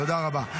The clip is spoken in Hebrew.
תודה רבה.